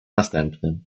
następnym